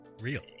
real